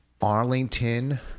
Arlington